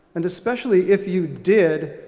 and especially if you did,